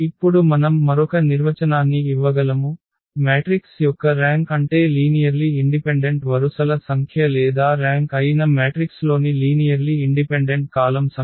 ఇప్పుడు మనం మరొక నిర్వచనాన్ని ఇవ్వగలము మ్యాట్రిక్స్ యొక్క ర్యాంక్ అంటే లీనియర్లి ఇన్డిపెండెంట్ వరుసల సంఖ్య లేదా ర్యాంక్ అయిన మ్యాట్రిక్స్లోని లీనియర్లి ఇండిపెండెంట్ కాలమ్ సంఖ్య